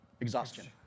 Exhaustion